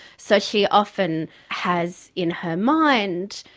so she often has in her mind,